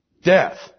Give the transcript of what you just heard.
Death